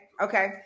Okay